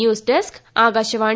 news desk Akashvani